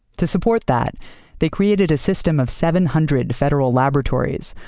to support that they created a system of seven hundred federal laboratories,